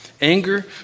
anger